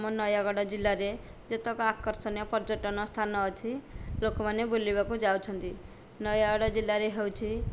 ଆମ ନୟାଗଡ଼ ଜିଲ୍ଲାରେ ଯେତକ ଆକର୍ଷଣୀୟ ପର୍ଯ୍ୟଟନ ସ୍ଥାନ ଅଛି ଲୋକମାନେ ବୁଲିବାକୁ ଯାଉଛନ୍ତି ନୟାଗଡ଼ ଜିଲ୍ଲାରେ ହେଉଛି